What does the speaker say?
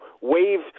wave